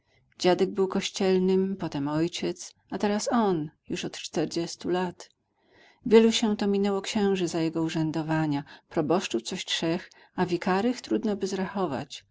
dziadek był kościelnym potem ojciec a teraz on już od czterdziestu lat wielu się to minęło księży za jego urzędowania proboszczów coś trzech a wikarych trudnoby zrachować